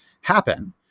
happen